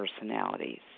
personalities